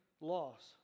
loss